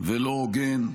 ולא הוגן.